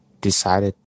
decided